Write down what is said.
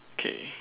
okay